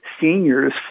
seniors